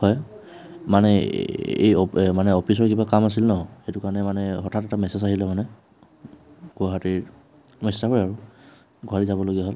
হয় মানে এই মানে অফিছৰ কিবা কাম আছিল ন সেইটো কাৰণে মানে হঠাৎ এটা মেছেজ আহিল মানে গুৱাহাটীৰ গুৱাহাটী যাবলগা হ'ল